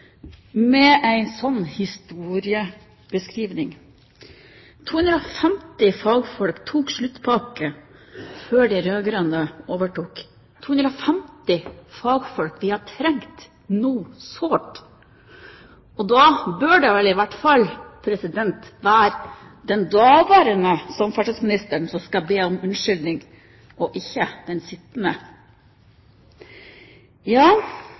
med en sånn historiebeskrivelse. 250 fagfolk tok sluttpakke før de rød-grønne overtok, 250 fagfolk vi nå hadde trengt sårt. Og da bør det vel i hvert fall være den daværende samferdselsministeren som skal be om unnskyldning, og ikke den